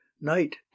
Night